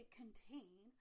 contain